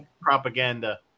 propaganda